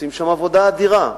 עושים שם עבודה אדירה.